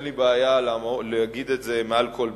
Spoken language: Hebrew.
אין לי בעיה להגיד את זה מעל כל במה.